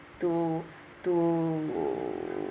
to to